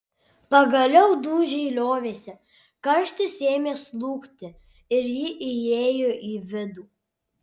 pagaliau dūžiai liovėsi karštis ėmė slūgti ir ji įėjo į vidų